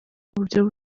buryo